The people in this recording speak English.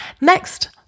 next